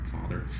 father